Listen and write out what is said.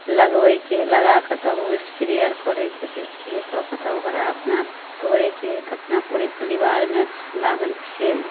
लगबै के है लगाके तब स्प्रे आर करिके तऽ स्प्रे कऽ कऽ तब ओकरा अपना तोरै के है तऽ अपना पुरे पलिवार मे अच्छा लागल खेलौ